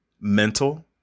mental